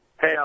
Hey